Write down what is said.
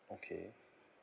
okay